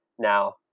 now